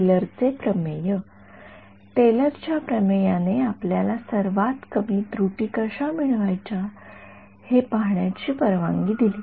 टेलरचे प्रमेय टेलरच्या प्रमेयाने आपल्याला सर्वात कमी त्रुटी कशी मिळवायची हे पाहण्याची परवानगी दिली